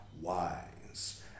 wise